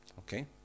Okay